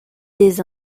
des